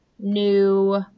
new